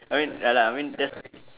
I mean ya lah I mean that's